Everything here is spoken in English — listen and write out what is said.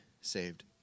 saved